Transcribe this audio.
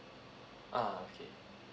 ah okay